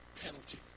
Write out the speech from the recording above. penalty